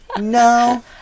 No